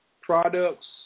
products